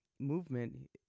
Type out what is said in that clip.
movement